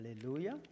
Hallelujah